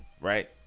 right